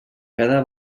cada